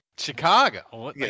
Chicago